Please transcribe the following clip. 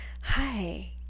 Hi